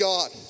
God